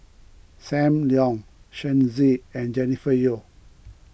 Sam Leong Shen Xi and Jennifer Yeo